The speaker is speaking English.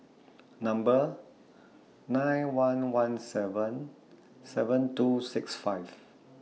Number nine one one seven seven two six five